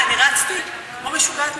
אני רצתי כמו משוגעת מוועדת,